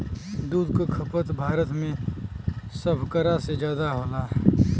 दूध क खपत भारत में सभकरा से जादा होला